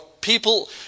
people